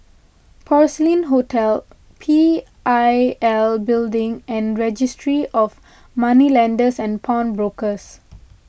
Porcelain Hotel P I L Building and Registry of Moneylenders and Pawnbrokers